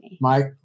Mike